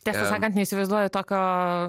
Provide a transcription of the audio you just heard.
tiesą sakant neįsivaizduoju tokio